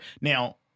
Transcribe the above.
now